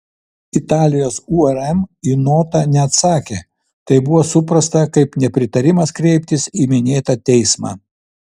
italijos urm į notą neatsakė tai buvo suprasta kaip nepritarimas kreiptis į minėtą teismą